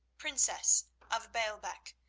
princess of baalbec,